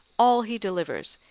all he delivers,